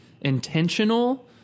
intentional